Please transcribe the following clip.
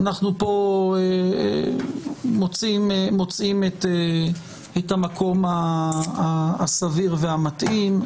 אנחנו פה מוצאים את המקום הסביר והמתאים.